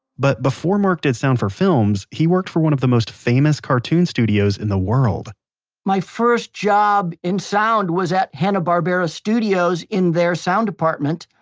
but before mark did sound for films, he worked for one of the most famous cartoon studios in the world my first job in sound was at hanna-barbera studios in their sound department.